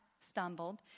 stumbled